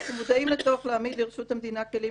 אנחנו מודעים לצורך להעמיד לרשות המדינה כלים